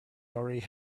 already